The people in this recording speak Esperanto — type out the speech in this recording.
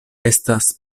estas